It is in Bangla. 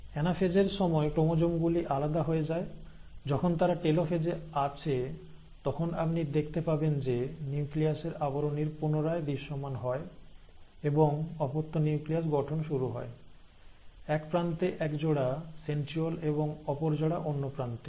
অ্যানাফেজ এর সময় ক্রোমোজোম গুলি আলাদা হয়ে যায় যখন তারা টেলোফেজ এ আছে তখন আপনি দেখতে পাবেন যে নিউক্লিয়াসের আবরণী পুনরায় দৃশ্যমান হয় এবং অপত্য নিউক্লিয়াস গঠন শুরু হয় এক প্রান্তে একজোড়া সেন্ট্রিওল এবং অপর জোড়া অন্য প্রান্তে